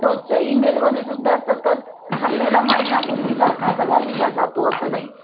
रोजच्या ईमेलमधेसुद्धा सतत ठरलेला मायना पूर्वीसारखा सगळा लिहिला जातो असं नाही